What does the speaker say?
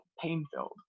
pain-filled